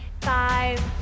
five